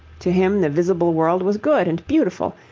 to him the visible world was good and beautiful,